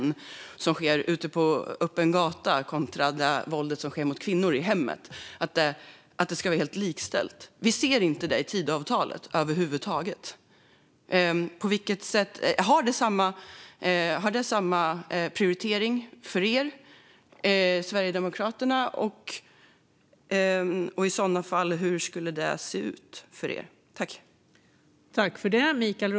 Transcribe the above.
Det handlar alltså om det som sker ute på öppen gata kontra det våld som sker mot kvinnor i hemmet - dessa frågor ska vara helt likställda. Vi ser inte detta i Tidöavtalet över huvud taget. Har mäns våld mot kvinnor samma prioritet för er i Sverigedemokraterna? Och hur skulle detta i så fall se ut för er?